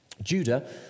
Judah